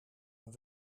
een